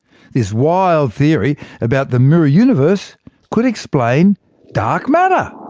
this wild theory about the mirror universe could explain dark matter.